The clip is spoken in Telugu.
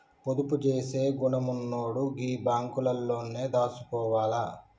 పొదుపు జేసే గుణమున్నోడు గీ బాంకులల్లనే దాసుకోవాల